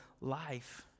life